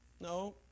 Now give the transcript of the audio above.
No